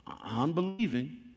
Unbelieving